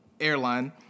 airline